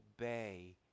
obey